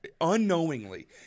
unknowingly